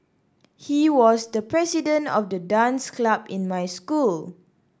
he was the president of the dance club in my school